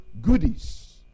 goodies